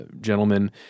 gentlemen